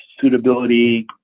suitability